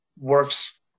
works